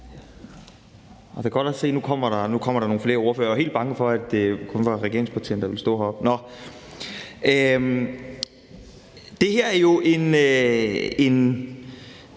Det er godt at se, at der nu kommer nogle flere ordførere. Jeg var helt bange for, at det kun var regeringspartierne, der ville stå heroppe. Det her er en,